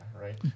right